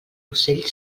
ocell